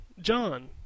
John